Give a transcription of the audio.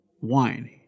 wine